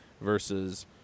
versus